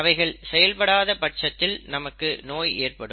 அவைகள் செயல்படாத பட்சத்தில் நமக்கு நோய் ஏற்படும்